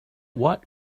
what